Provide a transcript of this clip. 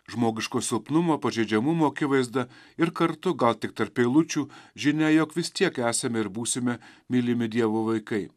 žmogiško silpnumo pažeidžiamumo akivaizda ir kartu gal tik tarp eilučių žinia jog vis tiek esame ir būsime mylimi dievo vaikai